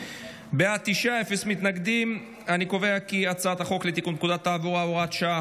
להעביר את הצעת חוק לתיקון פקודת התעבורה (הוראת שעה,